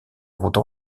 route